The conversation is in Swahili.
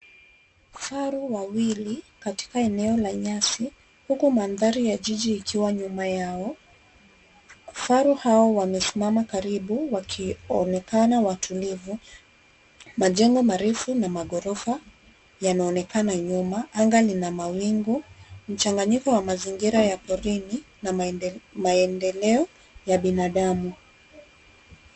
Faru wawili katika eneo la nyasi, huku mandhari ya jiji ikiwa nyuma yao. Faru hao wamesimama karibu wakionekana watulivu, majengo marefu na maghorofa yanaonekana nyuma, anga lina mawingu. Mchanganyiko wa mazingira ya porini na maendeleo ya binadamu.